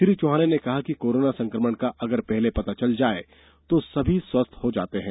श्री चौहान ने कहा कि कोरोना संक्रमण का अगर पहले पता चल जाए तो सभी स्वस्थ हो जाते हैं